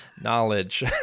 knowledge